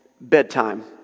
bedtime